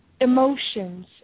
emotions